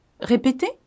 Répétez